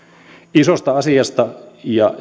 isosta asiasta ja